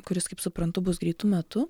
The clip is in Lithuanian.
kuris kaip suprantu bus greitu metu